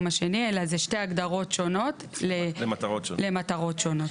השני אלא שתי הגדרות שונות למטרות שונות.